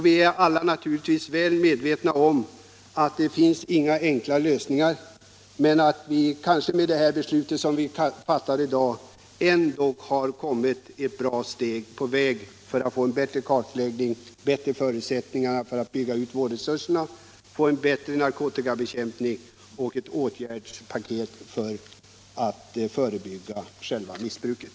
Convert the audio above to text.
Vi är alla naturligtvis väl medvetna om att det inte finns några enkla lösningar. Men kanske har vi ändå med det beslut vi i dag fattar tagit ett bra steg på vägen mot en bättre kartläggning, bättre förutsättningar för utbyggnad av vårdresurserna, en bättre narkotikabekämpning och ett åtgärdspaket som kan förebygga själva missbruket.